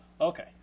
Okay